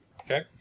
Okay